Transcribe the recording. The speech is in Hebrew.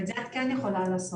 את זה את כן יכולה לעשות,